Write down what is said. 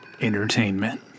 Entertainment